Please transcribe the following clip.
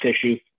issue